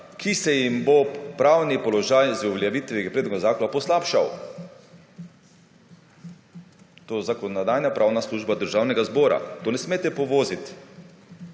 ki se jim bo pravni položaj z uveljavitvijo predloga zakona poslabšal. To Zakonodajno-pravna služba Državnega zbora, to ne smete povoziti.